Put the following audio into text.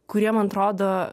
kurie man atrodo